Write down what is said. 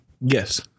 yes